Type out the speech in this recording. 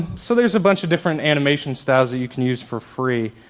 so there's a bunch of different animation styles that you can use for free.